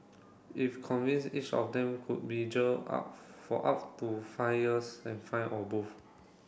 if convince each of them could be jailed up for up to five years and fined or both